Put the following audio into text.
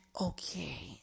Okay